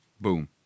Boom